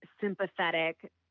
sympathetic